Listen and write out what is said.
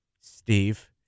Steve